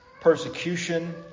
persecution